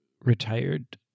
retired